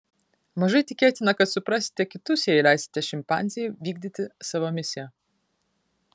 mažai tikėtina kad suprasite kitus jei leisite šimpanzei vykdyti savo misiją